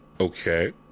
Okay